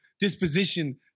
disposition